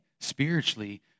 spiritually